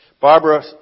Barbara